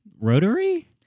Rotary